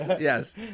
yes